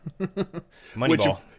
Moneyball